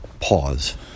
pause